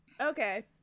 Okay